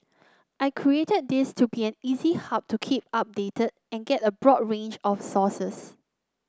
I created this to be an easy hub to keep updated and get a broad range of sources